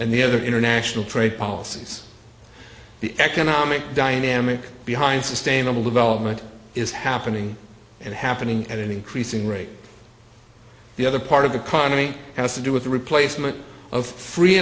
and the other international trade policies the economic dynamic behind sustainable development is happening and happening at an increasing rate the other part of the continent has to do with the replacement of free